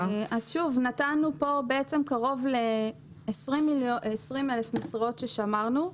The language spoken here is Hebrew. נתנו כאן קרוב ל-20,000 משרות ששמרנו.